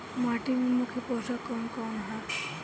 माटी में मुख्य पोषक कवन कवन ह?